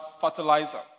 fertilizer